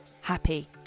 happy